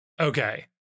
Okay